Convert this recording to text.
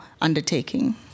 undertaking